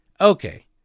okay